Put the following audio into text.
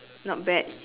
not bad